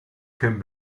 came